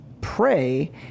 pray